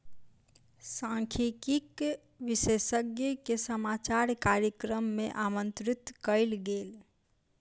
सांख्यिकी विशेषज्ञ के समाचार कार्यक्रम मे आमंत्रित कयल गेल